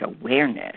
awareness